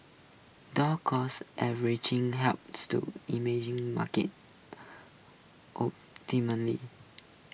dollar cost averaging helps to market